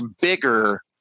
bigger